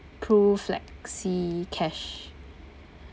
PRUflexi cash